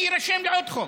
אני אירשם לעוד חוק.